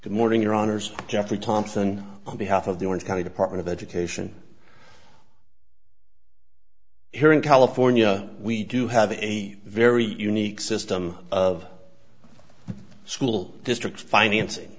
good morning your honors jeffrey thompson on behalf of the orange county department of education here in california we do have a very unique system of school districts financing